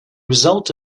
result